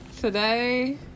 today